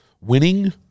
Winning